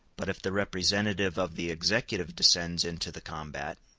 but if the representative of the executive descends into the combat,